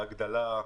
והגדלה,